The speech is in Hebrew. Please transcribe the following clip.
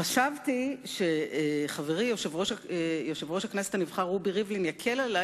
חשבתי שחברי יושב-ראש הכנסת הנבחר רובי ריבלין יקל עלי